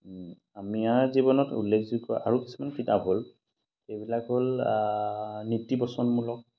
আমি ইয়াৰ জীৱনত উল্লেখযোগ্য আৰু কিছুমান কিতাপ হ'ল সেইবিলাক হ'ল নীতি বচনমূলক